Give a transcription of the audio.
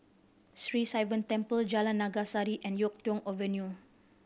Sri Sivan Temple Jalan Naga Sari and Yuk Tong Avenue